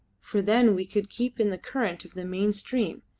for then we could keep in the current of the main stream,